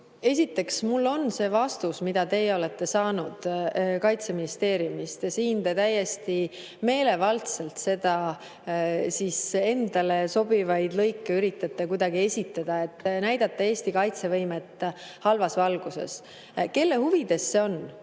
Esiteks, mul on olemas see vastus, mida te olete saanud Kaitseministeeriumist. Te üritate täiesti meelevaldselt endale sobivaid lõike kuidagi esitada, et näidata Eesti kaitsevõimet halvas valguses. Kelle huvides see on?